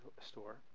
store